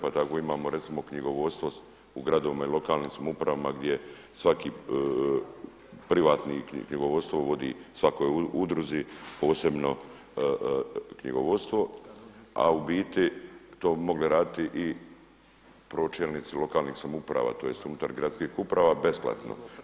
Pa tako recimo imamo knjigovodstvo u gradovima i lokalnim samoupravama gdje svaki privatnik, knjigovodstvo vodi svakoj udruzi posebno knjigovodstvo, a u biti to bi mogle raditi i pročelnici lokalnih samouprava, tj. unutar gradskih uprava besplatno.